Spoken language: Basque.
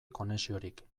konexiorik